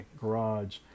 garage